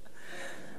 אדוני היושב-ראש,